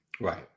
right